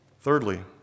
Thirdly